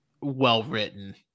well-written